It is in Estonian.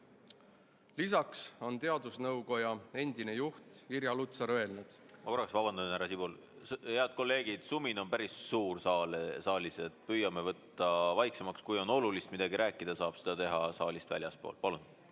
Lisaks on teadusnõukoja endine juht Irja Lutsar öelnud ... Ma korraks vabandan, härra Sibul. Head kolleegid, sumin on päris suur saalis. Püüame võtta vaiksemaks. Kui on midagi olulist rääkida, siis saab seda teha saalist väljaspool. Palun!